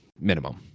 minimum